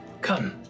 Come